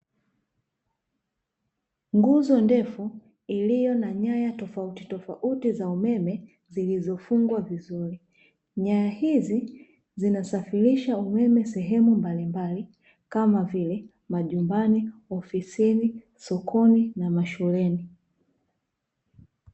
Nguzo ndefu iliyo na nyaya tofauti tofauti za umeme zilizofungwa vizuri. Nyaya hizi zinasafirisha umeme sehemu mbalimbali kama vile: majumbani, ofisini, sokoni na mashuleni.